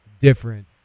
Different